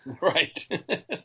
Right